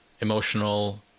emotional